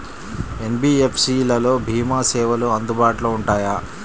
NBFC లలో భీమా సేవలు అందుబాటులో ఉంటాయా?